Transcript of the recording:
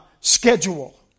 schedule